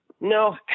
no